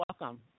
welcome